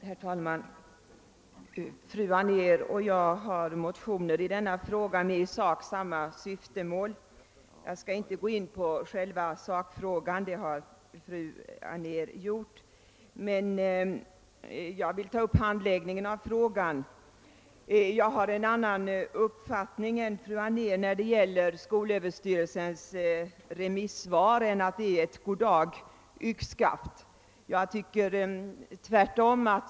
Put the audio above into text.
Herr talman! Motionerna av fru Anér och mig i denna fråga syftar till samma mål. Jag skall inte gå in på själva sakfrågan — det har fru Anér gjort — utan vill i stället beröra behandlingen av frågan. Jag har en annan uppfattning än fru Anér beträffande skolöverstyrelsens remissvar; jag anser inte att det är ett god dag — yxskaft.